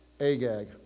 Agag